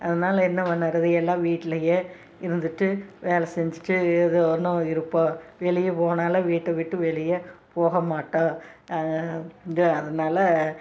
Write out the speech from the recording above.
அதனாலே என்ன பண்ணுறது எல்லாம் வீட்டிலேயே இருந்துகிட்டு வேலை செஞ்சுட்டு ஏதோனு இருப்போம் வெளியே போனாலும் வீட்டை விட்டு வெளியே போகமாட்டோம் இது அதனால